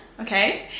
okay